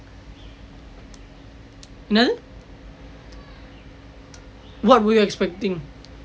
then what were you expecting